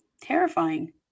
Terrifying